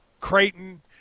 Creighton